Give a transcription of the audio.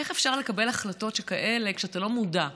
איך אפשר לקבל החלטות שכאלה כשאתה לא מודע,